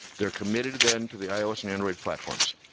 they're committed then to the ios and android platforms.